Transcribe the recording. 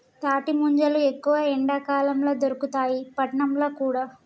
తాటి ముంజలు ఎక్కువ ఎండాకాలం ల దొరుకుతాయి పట్నంల కూడా